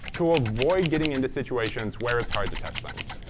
to avoid getting into situations where it's hard to test things.